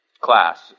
class